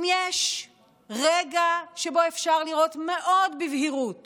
אם יש רגע שבו אפשר לראות מאוד בבהירות